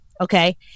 okay